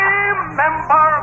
Remember